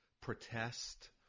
protest